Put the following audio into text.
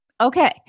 okay